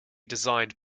designed